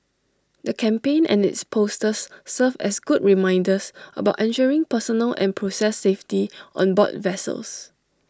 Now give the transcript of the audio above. the campaign and its posters serve as good reminders about ensuring personal and process safety on board vessels